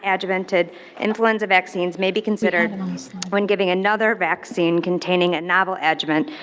non-adjuvanted influenza vaccines may be considered when giving another vaccine containing a novel adjuvant,